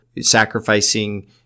sacrificing